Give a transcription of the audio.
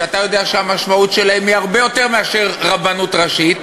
שאתה יודע שהמשמעות שלהם היא הרבה יותר מאשר של הרבנות הראשית,